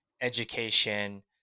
education